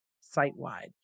site-wide